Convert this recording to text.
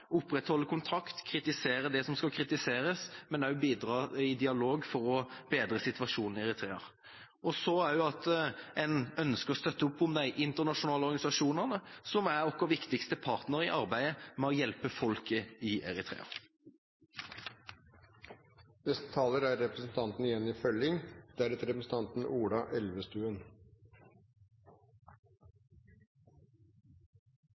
opprettholde kontakt, kritisere det som skal kritiseres, men også bidra i dialog for å bedre situasjonen i Eritrea, og at en ønsker å støtte opp om de internasjonale organisasjonene, som er våre viktigste partnere i arbeidet med å hjelpe folket i Eritrea.